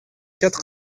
quatre